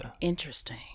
interesting